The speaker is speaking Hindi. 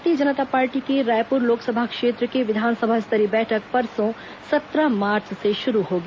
भारतीय जनता पार्टी की रायपुर लोकसभा क्षेत्र की विधानसभा स्तरीय बैठक परसों सत्रह मार्च से शुरू होगी